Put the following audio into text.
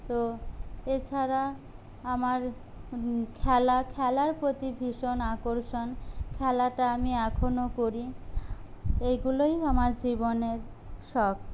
তো এছাড়া আমার খেলা খেলার প্রতি ভীষণ আকর্ষণ খেলাটা আমি এখনো করি এগুলোই আমার জীবনের শখ